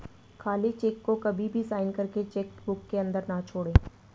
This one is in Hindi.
खाली चेक को कभी भी साइन करके चेक बुक के अंदर न छोड़े